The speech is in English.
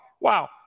Wow